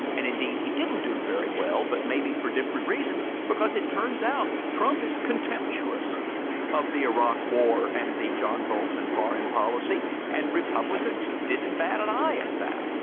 and and indeed he didn't do very well. but maybe for different reasons, because it turns out trump is contemptuous of the iraq war and the john bolton foreign policy and republicans didn't bat an eye at that.